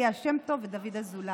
ליה שם טוב ודוד אזולאי,